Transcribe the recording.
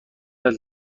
است